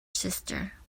sister